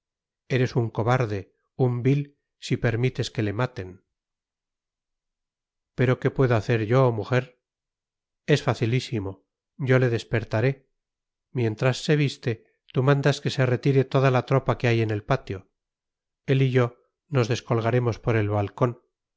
eres un cobarde un vil si permites que le maten pero qué puedo hacer yo mujer es facilísimo yo le despertaré mientras se viste tú mandas que se retire toda la tropa que hay en el patio él y yo nos descolgaremos por el balcón